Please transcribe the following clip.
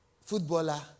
footballer